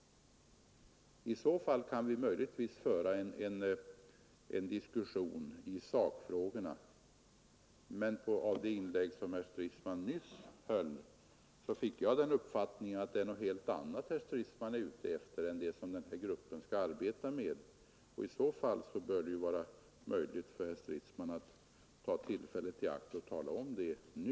I så fall kan vi möjligtvis föra en diskussion i sakfrågorna. Men av det inlägg som herr Stridsman nyss höll fick jag uppfattningen, att han är ute efter någonting helt annat än det som gruppen skall arbeta med och i så fall bör herr Stridsman ta tillfället i akt att tala om det nu.